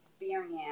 experience